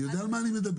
אני יודע על מה אני מדבר,